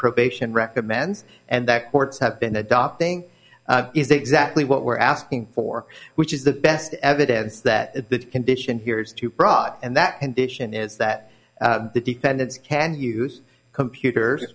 probation recommends and that courts have been adopting is exactly what we're asking for which is the best evidence that the condition here is to prot and that condition is that the defendants can use computers